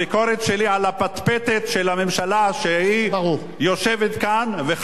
הביקורת שלי היא על הפטפטת של הממשלה שיושבת כאן והיא